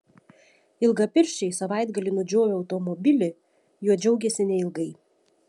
ilgapirščiai savaitgalį nudžiovę automobilį juo džiaugėsi neilgai